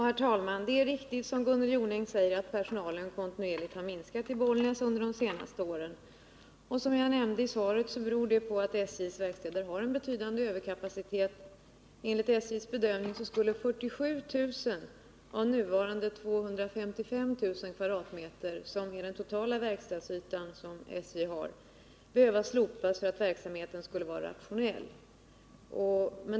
Herr talman! Det är riktigt, som Gunnel Jonäng säger, att personalen kontinuerligt har minskat i Bollnäs under de senaste åren. Som jag nämnde i svaret beror det på att SJ:s verkstäder har en betydande överkapacitet. Enligt SJ:s bedömning skulle 47 000 m? av nuvarande 255 000 m?, som är den totala verkstadsyta som SJ har, behöva slopas för att verksamheten skulle vara rationell.